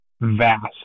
vast